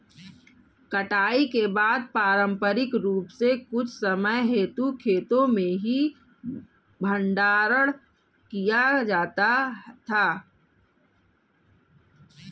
कटाई के बाद पारंपरिक रूप से कुछ समय हेतु खेतो में ही भंडारण किया जाता था